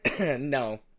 No